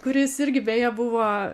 kuris irgi beje buvo